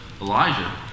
elijah